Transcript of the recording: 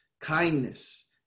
kindness